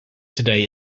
today